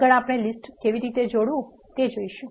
આગળ આપણે લીસ્ટને કેવી રીતે જોડવું તે જોઈશું